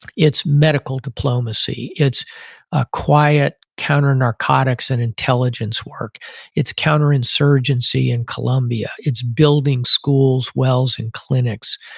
it's medical diplomacy, it's a quiet counter narcotics and intelligence work. it's counter insurgency in columbia. it's building schools, wells and clinics.